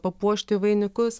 papuošti vainikus